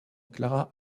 clara